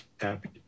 happy